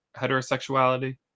heterosexuality